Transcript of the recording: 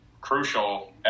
crucial